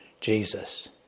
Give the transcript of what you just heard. Jesus